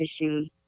issues